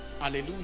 hallelujah